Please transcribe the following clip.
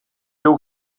you